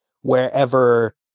wherever